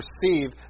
perceive